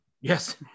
Yes